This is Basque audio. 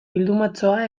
bildumatxoa